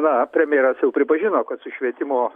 na premjeras jau pripažino kad su švietimo